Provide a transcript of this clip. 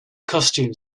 costumed